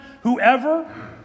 whoever